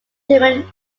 german